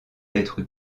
d’être